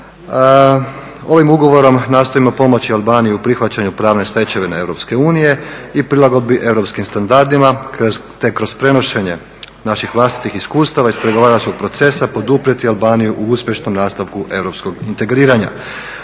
Ovim ugovorom nastojimo pomoći Albaniji u prihvaćanju pravne stečevine EU i prilagodbi europskim standardima, te kroz prenošenje naših vlastitih iskustava iz pregovaračkog procesa poduprijeti Albaniju u uspješnom nastavku europskog integriranja.